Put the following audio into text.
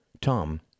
Tom